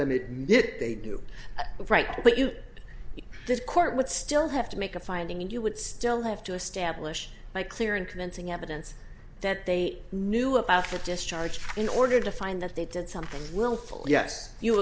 made it they do it right but you know this court would still have to make a finding and you would still have to establish by clear and convincing evidence that they knew about the discharged in order to find that they did something willfully yes you